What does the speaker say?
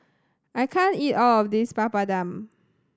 I can't eat all of this Papadum